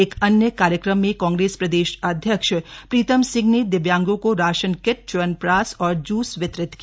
एक अन्य कार्यक्रम में कांग्रेस प्रदेश अध्यक्ष प्रीतम सिंह ने दिव्यांगों को राशन किट च्यवनप्राश और जुस वितरित किया